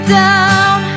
down